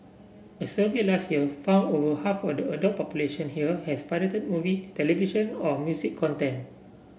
a survey last year found over half of the adult population here has pirated movie television or music content